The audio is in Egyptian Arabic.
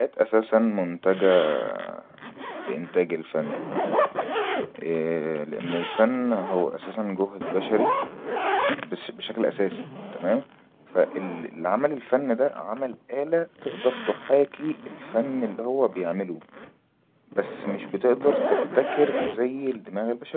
الالات اساسن منتجة لانتاج الفن ءءء لان الفن هو اساسن جهد بشري بشكل اساسي فالعمل الفن ده عمل اله تقدر تحاكي الفن اللي هو بيعمله بس مش بتقدر تبتكر زي الدماغ البشري